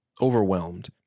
overwhelmed